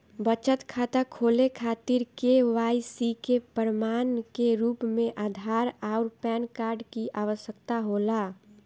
बचत खाता खोले खातिर के.वाइ.सी के प्रमाण के रूप में आधार आउर पैन कार्ड की आवश्यकता होला